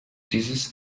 dieses